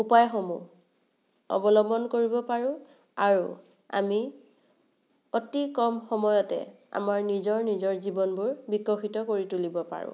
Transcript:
উপায়সমূহ অৱলম্বন কৰিব পাৰোঁ আৰু আমি অতি কম সময়তে আমাৰ নিজৰ নিজৰ জীৱনবোৰ বিকশিত কৰি তুলিব পাৰোঁ